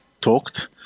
talked